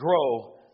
grow